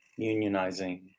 unionizing